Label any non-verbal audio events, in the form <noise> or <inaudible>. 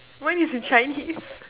mine is in Chinese <laughs>